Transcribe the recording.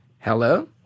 Hello